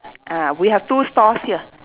ah we have two stores here